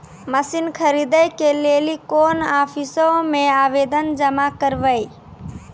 Machine खरीदै के लेली कोन आफिसों मे आवेदन जमा करवै?